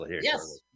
yes